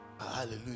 Hallelujah